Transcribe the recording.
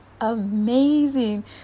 Amazing